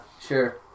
sure